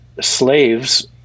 slaves